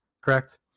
correct